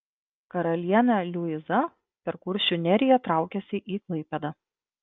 karalienė liuiza per kuršių neriją traukėsi į klaipėdą